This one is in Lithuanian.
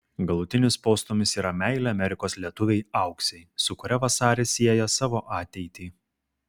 galutinis postūmis yra meilė amerikos lietuvei auksei su kuria vasaris sieja savo ateitį